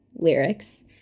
lyrics